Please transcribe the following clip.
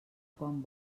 quan